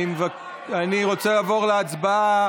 אני רוצה לעבור להצבעה.